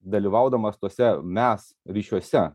dalyvaudamas tuose mes ryšiuose